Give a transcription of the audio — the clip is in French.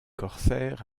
corsaires